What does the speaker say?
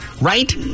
right